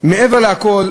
מעבר לכול,